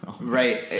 Right